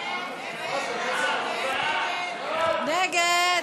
סעיף תקציבי 78, תיירות,